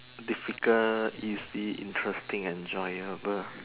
difficult is it interesting and enjoyable